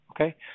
Okay